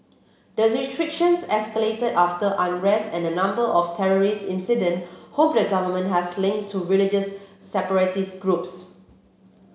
the restrictions escalated after unrest and a number of terrorist incident whom the government has linked to religious separatist groups